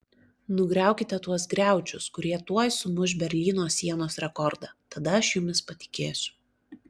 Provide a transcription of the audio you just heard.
nugriaukite tuos griaučius kurie tuoj sumuš berlyno sienos rekordą tada aš jumis patikėsiu